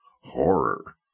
Horror